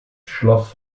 schloss